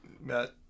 Matt